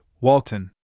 Walton